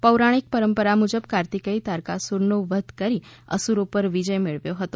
પૌરાણિક પરંપરા મુજબ કાર્તિકેચે તારકાસુરનો વધ કરી અસુરો પર વિજય મેળવ્યો હતો